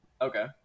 okay